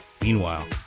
Meanwhile